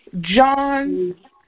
John